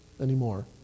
anymore